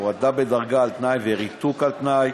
הורדה בדרגה על-תנאי וריתוק על-תנאי,